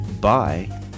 bye